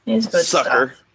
Sucker